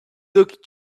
look